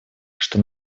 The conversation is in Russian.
что